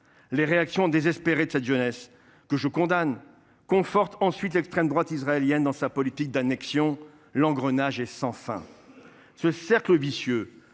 Les réactions désespérées de cette jeunesse, que je condamne, confortent ensuite l’extrême droite israélienne dans sa politique d’annexion. L’engrenage est sans fin. Ce cercle vicieux